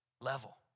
level